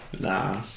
Nah